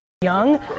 young